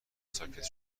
ساکت